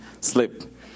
slip